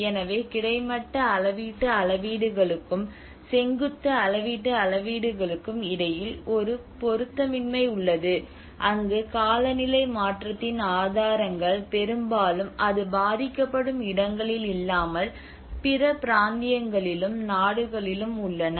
எனவே கிடைமட்ட அளவீட்டு அளவீடுகளுக்கும் செங்குத்து அளவீட்டு அளவீடுகளுக்கும் இடையில் ஒரு பொருத்தமின்மை உள்ளது அங்கு காலநிலை மாற்றத்தின் ஆதாரங்கள் பெரும்பாலும் அது பாதிக்கப்படும் இடங்களில் இல்லாமல் பிற பிராந்தியங்களிலும் நாடுகளிலும் உள்ளன